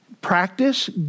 Practice